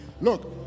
Look